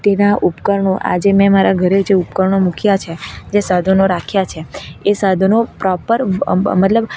તેના ઉપકરણો આજે મેં મારા ઘરે જે ઉપકરણો મૂક્યાં છે જે સાધનો રાખ્યા છે એ સાધનો પ્રોપર મ મતલબ